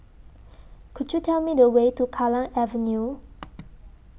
Could YOU Tell Me The Way to Kallang Avenue